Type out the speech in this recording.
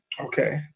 Okay